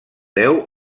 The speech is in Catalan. deu